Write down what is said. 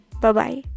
Bye-bye